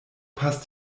passt